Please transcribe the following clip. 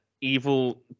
evil